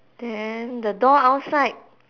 then the door outside